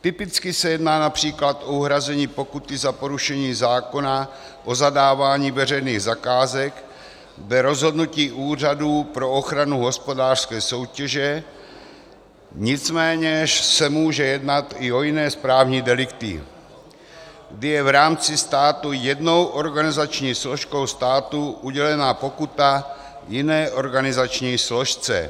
Typicky se jedná například o uhrazení pokuty za porušení zákona o zadávání veřejných zakázek dle rozhodnutí Úřadu pro ochranu hospodářské soutěže, nicméně se může jednat i o jiné správní delikty, kdy je v rámci státu jednou organizační složkou státu udělena pokuta jiné organizační složce.